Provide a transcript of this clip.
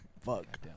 Fuck